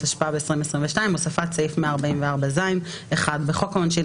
התשפ"ב 2022 הוספת סעיף 144ז 1. בחוק העונשין,